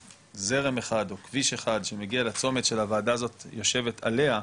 זרם אחד או כביש אחד שמגיע לצומת שהוועדה הזאת יושבת עליה,